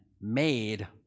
made